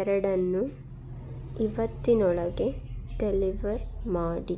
ಎರಡನ್ನು ಇವತ್ತಿನೊಳಗೆ ಡೆಲಿವರ್ ಮಾಡಿ